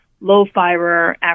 low-fiber